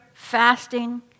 fasting